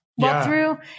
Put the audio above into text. walkthrough